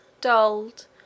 dulled